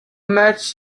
much